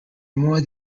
more